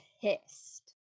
pissed